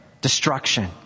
destruction